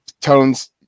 Tones